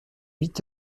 huit